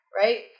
right